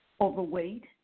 overweight